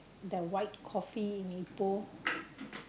the white coffee in Ipoh